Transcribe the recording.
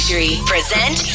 Present